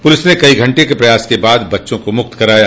police ने कई घंटे के प्रयास के बाद बच्चों को मुक्त कराया